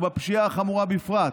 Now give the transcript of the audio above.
ובפשיעה החמורה בכלל,